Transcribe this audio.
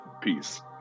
peace